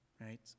right